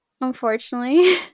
unfortunately